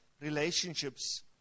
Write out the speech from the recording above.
relationships